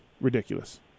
ridiculous